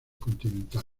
continental